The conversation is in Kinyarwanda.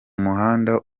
muhanda